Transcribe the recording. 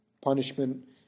Punishment